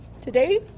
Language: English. today